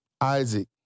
Isaac